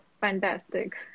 fantastic